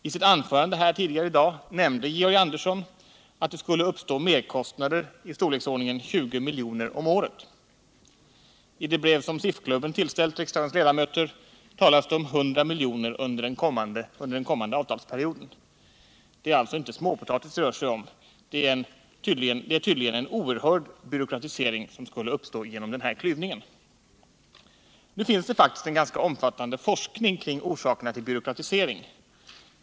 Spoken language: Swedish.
I sitt anförande här tidigare i dag nämnde Georg Andersson att det skulle uppstå merkostnader i storleksordningen 20 miljoner om året. I det brev som SIF-klubben tillställt riksdagens ledamöter talas det om 100 milj.kr. under den kommande avtalsperioden. Det är alltså inte småpotatis det rör sig om — det är tydligen en oerhörd byråkratisering som skulle uppstå genom den här klyvningen. Nu finns det faktiskt en ganska omfattande forskning kring orsakerna till byråkratisering.